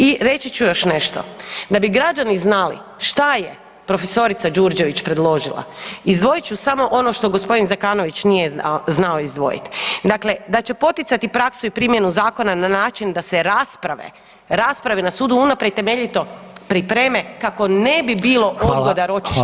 I reći ću još nešto, da bi građani znali šta je profesorica Đurđević predložila, izdvojit ću samo ono što gospodin Zekanović nije znao izdvojiti, dakle da će poticati praksu i primjenu Zakona na način da se rasprave, rasprave na sudu unaprijed temeljito pripreme kako ne bi bilo odgoda ročišta